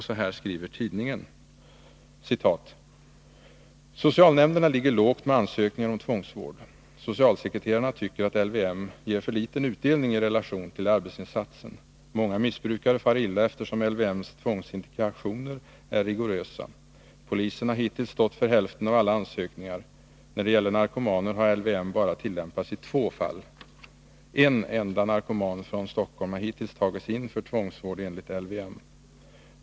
Så här skriver tidningen: ”Socialnämnderna ligger lågt med ansökningar om tvångsvård. Socialsekreterarna tycker att LVM ger för liten utdelning i relation till arbetsinsatsen. Många missbrukare far illa eftersom LVM:s tvångsindikationer är rigorösa. Polisen har hittills stått för hälften av alla ansökningar. När det gäller narkomaner har LVM bara tillämpats i två fall. En enda narkoman från Stockholm har hittills tagits in för tvångsvård enligt LVM.